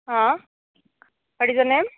ହଁ what is your name